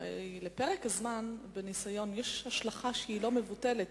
הרי לפרק הזמן בניסיון יש השלכה לא מבוטלת.